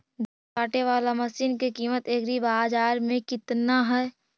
धान काटे बाला मशिन के किमत एग्रीबाजार मे कितना है?